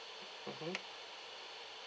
mmhmm